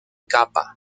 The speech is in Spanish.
kappa